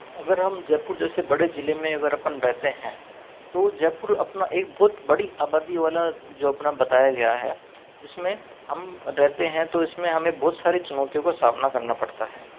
अगर हम जयपुर जैसे बड़े जिले में अगर अपन रहते हैं तो जयपुर अपना एक बहुत बड़ी आबादी वाला जो अपना बताया गया है जिसमें हम रहते हैं तो इसमें हमें बहुत सारी चुनौतियों का सामना करना पड़ता है